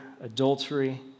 adultery